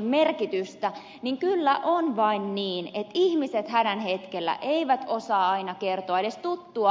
merkitystä niin kyllä on vain niin että ihmiset hädän hetkellä eivät osaa aina kertoa edes tuttua osoitetta